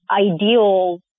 ideal